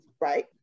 right